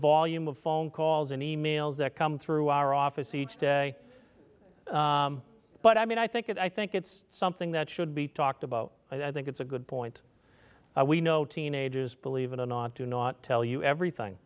volume of phone calls and e mails that come through our office each day but i mean i think that i think it's something that should be talked about i think it's a good point we know teenagers believe it or not do not tell you everything